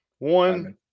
One